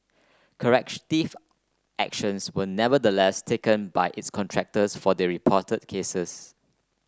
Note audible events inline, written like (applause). (unintelligible) actions were nevertheless taken by its contractors for the reported cases